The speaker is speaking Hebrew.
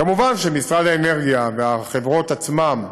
כמובן, משרד האנרגיה, והחברות עצמן,